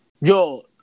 Yo